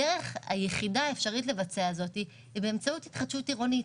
הדרך היחידה האפשרית לבצע את זה היא באמצעות התחדשות עירונית.